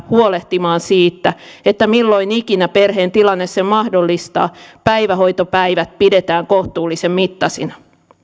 huolehtimaan siitä että milloin ikinä perheen tilanne sen mahdollistaa päivähoitopäivät pidetään kohtuullisen mittaisina